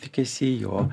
tikisi jo